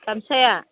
गामसाया